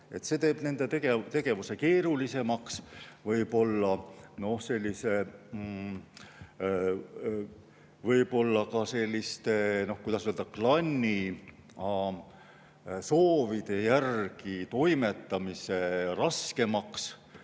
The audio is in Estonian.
See teeb nende tegevuse keerulisemaks, võib-olla ka, kuidas öelda, klanni soovide järgi toimetamise raskemaks,